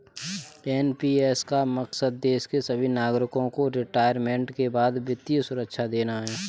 NPS का मकसद देश के सभी नागरिकों को रिटायरमेंट के बाद वित्तीय सुरक्षा देना है